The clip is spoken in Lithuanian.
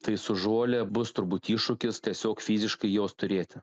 tai su žole bus turbūt iššūkis tiesiog fiziškai jos turėti